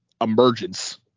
emergence